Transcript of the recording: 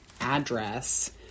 address